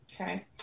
Okay